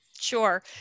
Sure